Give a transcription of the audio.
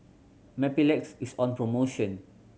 Mepilex is on promotion